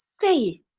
say